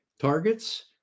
targets